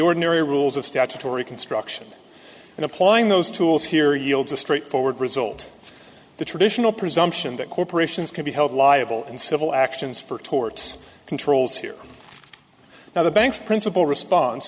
ordinary rules of statutory construction and applying those tools here yields a straightforward result the traditional presumption that corporations can be held liable in civil actions for torts controls here now the bank's principal response